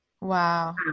Wow